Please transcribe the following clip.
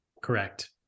Correct